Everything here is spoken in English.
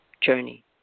journey